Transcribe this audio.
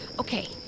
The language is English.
okay